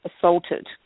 assaulted